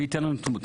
מי ייתן לנו תמורתו.